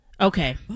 Okay